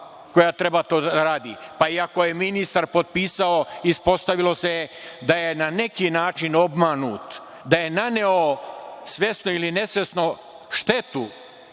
koja treba to da radi. Pa, iako je ministar potpisao, ispostavilo se da je na neki način obmanut, da je naneo svesno ili nesvesno štetu